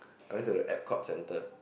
I went to the Epcot Centre